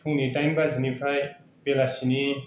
फुंनि डाइन बाजिनिफ्राय बेलासिनि